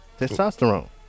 testosterone